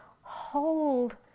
hold